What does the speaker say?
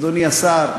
אדוני השר,